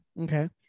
Okay